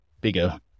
bigger